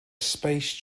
space